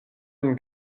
une